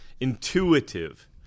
intuitive